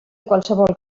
qualsevol